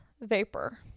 Vapor